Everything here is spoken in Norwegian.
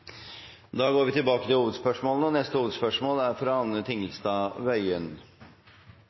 Da går vi til neste hovedspørsmål.